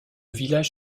village